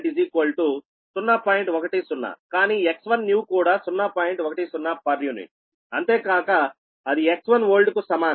అంతేకాక అది X1old కు సమానం